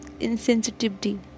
insensitivity